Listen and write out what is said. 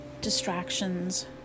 distractions